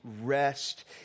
rest